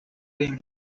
rimwe